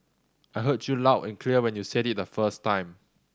I heard you loud and clear when you said it the first time